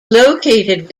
located